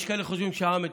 יש כאלה שחושבים שהעם מטומטם.